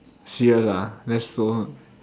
[sial] lah that's so